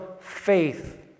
faith